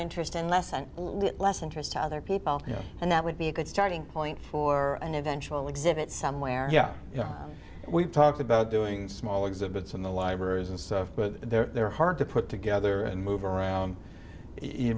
interest and less and less interest to other people yeah and that would be a good starting point for an eventual exhibit somewhere yeah you know we've talked about doing small exhibits in the libraries and stuff but they're hard to put together and move around